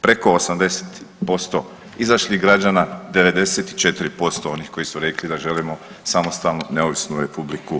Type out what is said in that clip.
Preko 80% izašlih građana, 94% onih koji su rekli da želimo samostalnu, neovisnu RH.